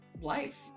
life